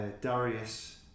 Darius